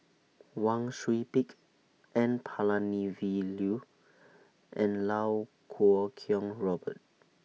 Wang Sui Pick N Palanivelu and Lau Kuo Kwong Robert